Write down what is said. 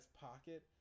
pocket